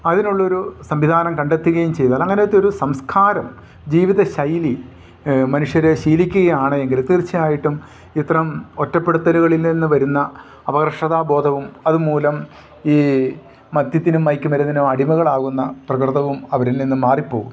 അതിനുള്ളൊരു സംവിധാനം കണ്ടെത്തുകയും ചെയ്താൽ അങ്ങനത്തെ ഒരു സംസ്കാരം ജീവിത ശൈലി മനുഷ്യർ ശീലിക്കുകയാണ് എങ്കിൽ തീർച്ചയായിട്ടും ഇത്രം ഒറ്റപ്പെടുത്തലുകളിൽ നിന്നു വരുന്ന അപകർഷതാബോധവും അതു മൂലം ഈ മദ്യത്തിനും മയക്കു മരുന്നിനും അടിമകളാകുന്ന പ്രകൃതവും അവരിൽ നിന്നു മാറിപ്പോകും